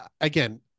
Again